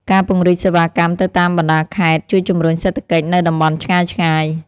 ការពង្រីកសេវាកម្មទៅតាមបណ្ដាខេត្ត ជួយជំរុញសេដ្ឋកិច្ចនៅតំបន់ឆ្ងាយៗ។